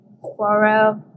quarrel